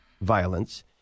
violence